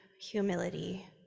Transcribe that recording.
humility